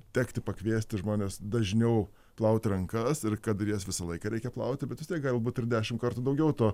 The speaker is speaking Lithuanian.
tekti pakviesti žmones dažniau plauti rankas ir kad ir jas visą laiką reikia plauti bet vis tiek gali būti ir dešimt kartų daugiau to